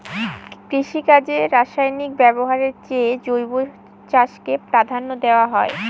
কৃষিকাজে রাসায়নিক ব্যবহারের চেয়ে জৈব চাষকে প্রাধান্য দেওয়া হয়